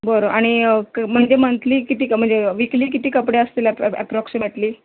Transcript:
बरं आणि क म्हणजे मंथली किती म्हणजे वीकली किती कपडे असतील अप ॲप्रॉक्सिमेटली